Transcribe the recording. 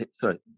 sorry